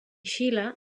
xile